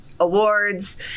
Awards